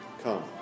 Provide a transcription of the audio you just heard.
Come